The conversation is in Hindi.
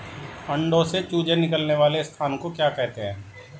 अंडों से चूजे निकलने वाले स्थान को क्या कहते हैं?